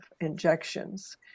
injections